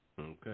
Okay